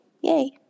yay